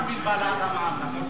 תגיד את האמת.